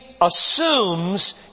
assumes